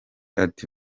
ati